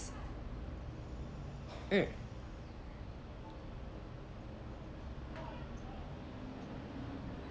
mm